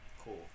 cool